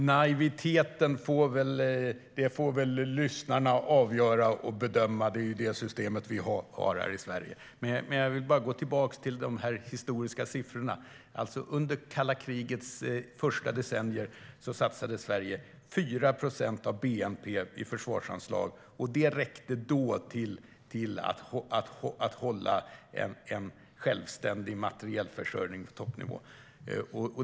Herr talman! Naiviteten får lyssnarna avgöra och bedöma, det är ju det systemet vi har här i Sverige. Men jag vill gå tillbaka till de historiska siffrorna. Under det kalla krigets första decennier satsade Sverige 4 procent av bnp i försvarsanslag. Det räckte då till att hålla en självständig materielförsörjning på toppnivå.